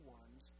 ones